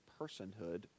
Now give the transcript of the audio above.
personhood